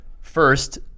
first